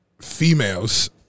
females